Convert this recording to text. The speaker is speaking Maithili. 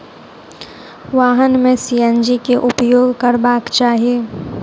वाहन में सी.एन.जी के उपयोग करबाक चाही